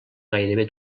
gairebé